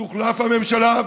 תוחלף הממשלה,